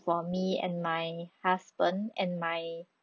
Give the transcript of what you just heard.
for me and my husband and my